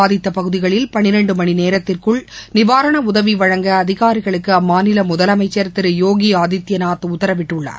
பாதித்தபகுதிகளில் பன்னிரண்டுமணிநேரத்திற்குள் வெள்ளம் நிவாரணஉதவிவழங்க அதிகாரிகளுக்கு அம்மாநிலமுதலமைச்சர் திருயோகிஆதித்யநாத் உத்தரவிட்டுள்ளார்